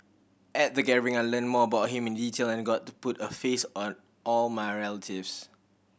at the gathering I learnt more about him in detail and got to put a face a all my relatives